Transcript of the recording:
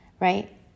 right